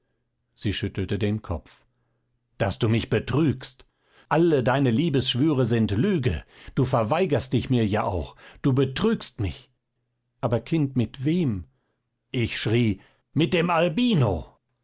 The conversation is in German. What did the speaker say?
sie schüttelte den kopf daß du mich betrügst alle deine liebesschwüre sind lüge du verweigerst dich mir ja auch du betrügst mich aber kind mit wem ich schrie mit dem albino